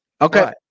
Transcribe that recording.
Okay